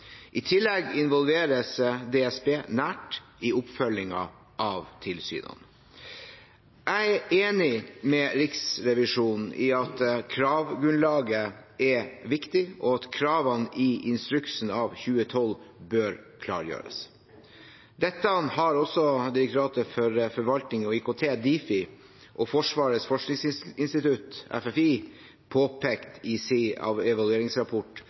I tillegg involveres DSB nært i oppfølgingen av tilsynene. Jeg er enig med Riksrevisjonen i at kravgrunnlaget er viktig, og at kravene i instruksen av 2012 bør klargjøres. Dette har også Direktoratet for forvaltning og IKT, Difi, og Forsvarets forskningsinstitutt, FFI, påpekt i sin evalueringsrapport, som jeg har mottatt om evaluering av